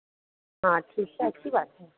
हाँ ठीक है अच्छी बात है